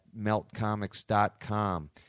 MeltComics.com